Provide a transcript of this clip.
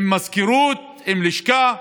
עם מזכירות, עם לשכה,